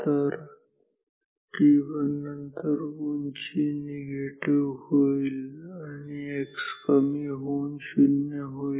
तर t1 नंतर उंची निगेटिव्ह होईल आणि x कमी होऊन 0 होईल